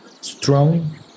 strong